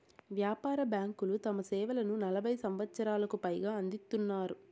వ్యాపార బ్యాంకులు తమ సేవలను నలభై సంవచ్చరాలకు పైగా అందిత్తున్నాయి